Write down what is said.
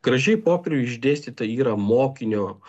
gražiai popieriuj išdėstyta yra mokinio